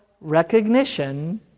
recognition